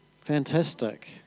Fantastic